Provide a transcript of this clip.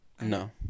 No